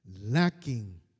lacking